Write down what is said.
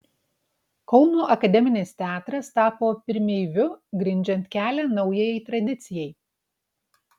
kauno akademinis teatras tapo pirmeiviu grindžiant kelią naujajai tradicijai